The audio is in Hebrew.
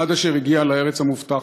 עד אשר הגיע לארץ המובטחת,